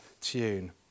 tune